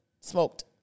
smoked